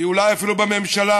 אולי אפילו בממשלה,